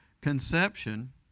conception